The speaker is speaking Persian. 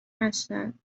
هستند